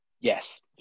Yes